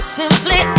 simply